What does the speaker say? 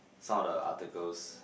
some of the articles